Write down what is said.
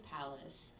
palace